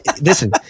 Listen